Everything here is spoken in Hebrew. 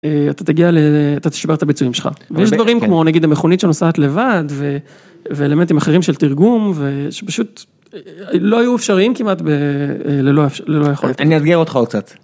אתה תגיע, אתה תשפר את הביצועים שלך, ויש דברים כמו נגיד המכונית שנוסעת לבד ואלמנטים אחרים של תרגום ושפשוט לא היו אפשריים כמעט ללא יכולת.